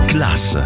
Class